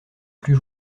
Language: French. plus